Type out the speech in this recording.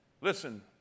Listen